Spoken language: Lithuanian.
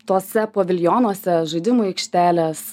tuose paviljonuose žaidimų aikšteles